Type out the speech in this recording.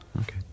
Okay